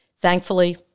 Thankfully